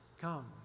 come